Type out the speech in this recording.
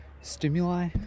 stimuli